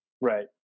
Right